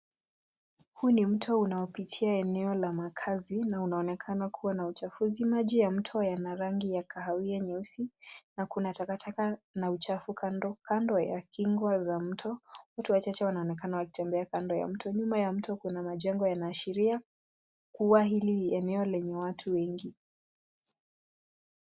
Huu ni mto unaopitia eneo la makazi na unaonekana kuwa na uchafu. maji ya mto inaonekana kuwa na rangi ya kahawia nyeusi na kuna taka taka na uchafu kando kando ya kingo la mto. Watu wachache wanaonekena wakitembea kando ya mto, nyuma ya mto kuna majengo yanayoashiria kuwa hili ni eneo lenye watu wengi.